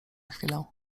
chwilę